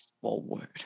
forward